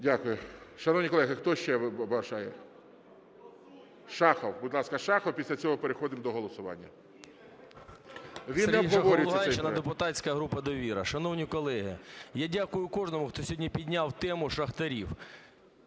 Дякую. Шановні колеги, хто ще бажає? Шахов. Будь ласка, Шахов, після цього переходимо до голосування. Він не обговорюється, цей